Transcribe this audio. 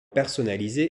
personnalisé